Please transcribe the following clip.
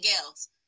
else